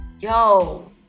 Yo